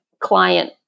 client